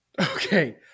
Okay